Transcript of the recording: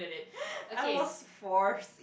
I was force